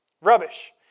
Rubbish